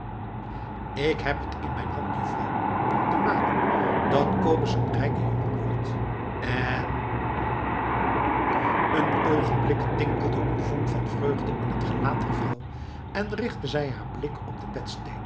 ik heb het in mijn hand juffrouw om te maken dat kobus een rijke jongen wordt en een oogenblik tintelde een vonk van vreugde in het gelaat der vrouw en richtte zij haar blik op de